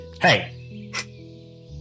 Hey